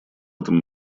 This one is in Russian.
этом